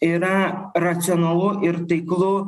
yra racionalu ir taiklu